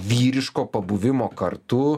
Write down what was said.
vyriško pabuvimo kartu